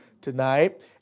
tonight